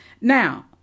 Now